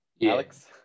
alex